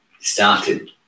started